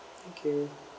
thank you